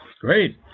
great